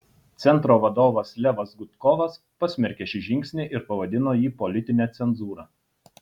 centro vadovas levas gudkovas pasmerkė šį žingsnį ir pavadino jį politine cenzūra